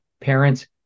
parents